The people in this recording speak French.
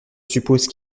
suppose